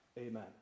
Amen